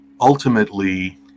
ultimately